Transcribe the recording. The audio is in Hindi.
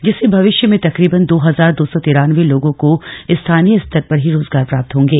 जिससे भविश्य में तकरीबन दो हजार दो सौ तिरानवे लोगो को स्थानीय स्तर पर ही रोजगार प्राप्त होगें